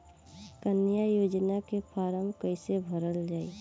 कन्या योजना के फारम् कैसे भरल जाई?